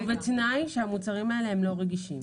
ובתנאי שהמוצרים האלה הם לא רגישים.